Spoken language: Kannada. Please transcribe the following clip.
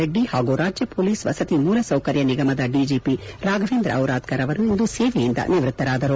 ರೆಡ್ಡಿ ಹಾಗೂ ರಾಜ್ಜ ಪೊಲೀಸ್ ವಸತಿ ಮೂಲ ಸೌಕರ್ಯ ನಿಗಮದ ಡಿಜಿಪಿ ರಾಫವೇಂದ್ರ ಚಿರಾದ್ಗರ್ ಅವರು ಇಂದು ಸೇವೆಯಿಂದ ನಿವೃತ್ತರಾದರು